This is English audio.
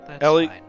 Ellie